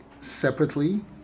separately